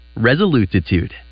resolutitude